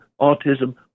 autism